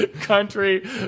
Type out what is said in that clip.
country